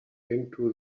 into